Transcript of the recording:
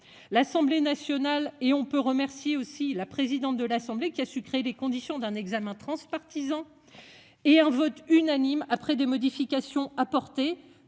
L'Assemblée nationale et on peut remercier aussi la présidente de l'Assemblée qui a su créer les conditions d'un examen transpartisan. Et un vote unanime après des modifications apportées